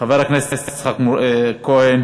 חבר הכנסת יצחק כהן